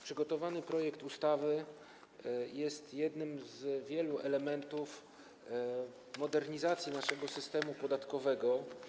Przygotowany projekt ustawy jest jednym z wielu elementów modernizacji naszego systemu podatkowego.